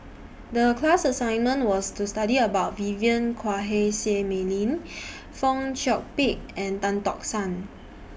The class assignment was to study about Vivien Quahe Seah Mei Lin Fong Chong Pik and Tan Tock San